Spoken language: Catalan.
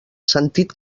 sentit